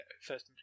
first